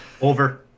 Over